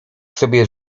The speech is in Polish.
sobie